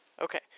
Okay